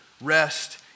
rest